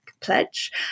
pledge